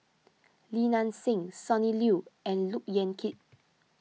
Li Nanxing Sonny Liew and Look Yan Kit